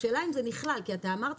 השאלה אם זה נכלל כי אתה אמרת